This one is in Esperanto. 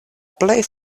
plej